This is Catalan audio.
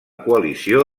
coalició